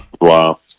Wow